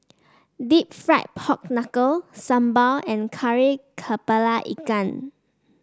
deep fried Pork Knuckle sambal and Kari kepala Ikan